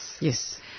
Yes